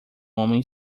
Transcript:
homem